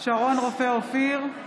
שרון רופא אופיר,